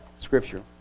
scripture